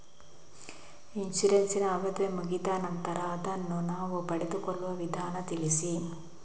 Insurance ನ ಅವಧಿ ಮುಗಿದ ನಂತರ ಅದನ್ನು ನಾವು ಪಡೆದುಕೊಳ್ಳುವ ವಿಧಾನ ತಿಳಿಸಿ?